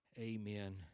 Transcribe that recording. Amen